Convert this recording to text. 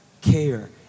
care